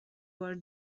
were